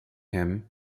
him